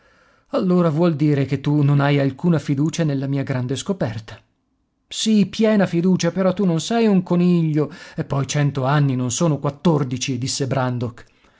allora vuol dire che tu non hai alcuna fiducia nella mia grande scoperta sì piena fiducia però tu non sei un coniglio e poi cento anni non sono quattordici disse brandok